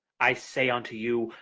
i say unto you,